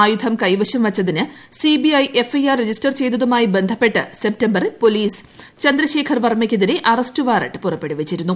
ആയുധം കൈവശം വച്ചതിന് C B I F I R register ചെയ്തതുമായി ബന്ധപ്പെട്ട് സെപ്തംബറിൽ പോലീസ് ചന്ദ്രശേഖർ വർമ്മയ്ക്കെതിരെ അറസ്റ്റ് വാറ ് പുറപ്പെടുവിച്ചിരുന്നു